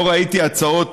לא ראיתי הצעות